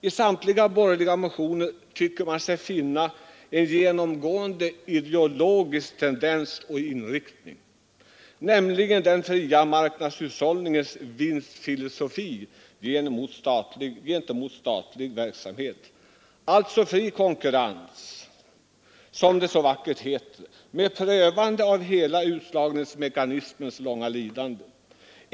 I samtliga borgerliga motioner tycker man sig finna en genomgående ideologisk inriktning, nämligen den fria marknadshushållningens vinstfilosofi gentemot statlig verksamhet. Alltså fri konkurrens, som det så vackert heter, med prövande av hela utslagningsmekanismens långa lidande.